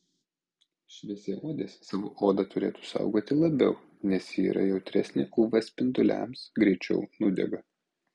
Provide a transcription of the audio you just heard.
šviesiaodės savo odą turėtų saugoti labiau nes ji yra jautresnė uv spinduliams greičiau nudega